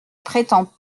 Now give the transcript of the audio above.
prétends